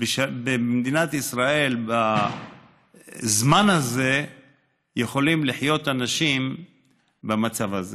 שבמדינת ישראל בזמן הזה אנשים יכולים לחיות במצב הזה.